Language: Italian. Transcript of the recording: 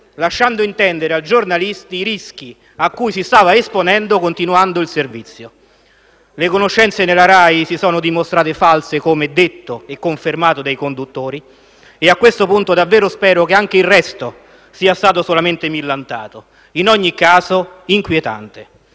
lasciando intendere al giornalista i rischi a cui si stava esponendo continuando il servizio. Le conoscenze nella Rai si sono dimostrate false, come detto e confermato dai conduttori. A questo punto, davvero spero che anche il resto sia stato solamente millantato. In ogni caso, è inquietante.